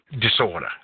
Disorder